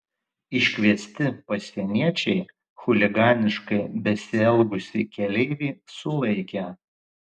iškviesti pasieniečiai chuliganiškai besielgusį keleivį sulaikė